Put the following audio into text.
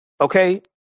Okay